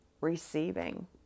receiving